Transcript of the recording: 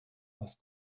was